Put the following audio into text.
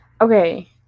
okay